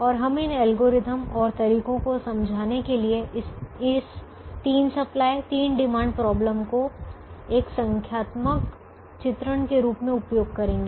और हम इन अल्गोरिथम और तरीकों को समझाने के लिए इस तीन सप्लाई तीन डिमांड समस्या को एक संख्यात्मक चित्रण के रूप में उपयोग करेंगे